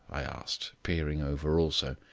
i asked, peering over also.